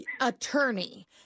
attorney